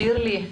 שירלי,